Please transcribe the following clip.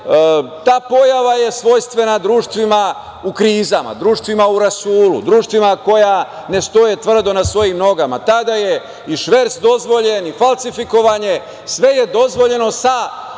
ta pojava je svojstvena društvima u krizama, društvima u rasulu, društvima koja ne stoje tvrdo na svojim nogama. Tada je i šverc dozvoljen i falsifikovanje, sve je dozvoljeno sa